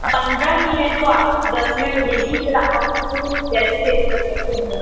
पन्द्रह की है तो आपको दस में मिलेगी फिर आप उसको जैसे सेल कर सकते हो बाहर